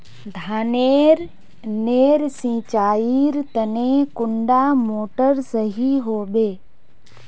धानेर नेर सिंचाईर तने कुंडा मोटर सही होबे?